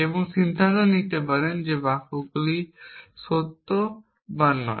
এবং সিদ্ধান্ত নিতে পারেন যে প্রদত্ত বাক্যগুলি সত্য বা নয়